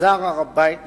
חזר הר-הבית לשגרה,